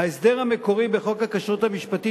ההסדר המקורי בחוק הכשרות המשפטית